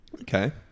Okay